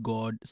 God